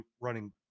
running